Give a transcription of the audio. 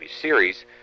Series